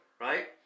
Right